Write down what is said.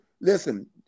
listen